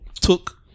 took